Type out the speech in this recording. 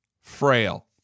frail